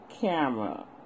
camera